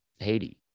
haiti